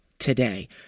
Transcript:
Today